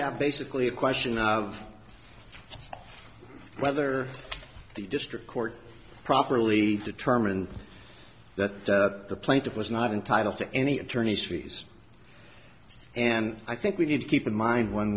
have basically a question of whether the district court properly determined that the plaintiff was not entitled to any attorney's fees and i think we need to keep in mind when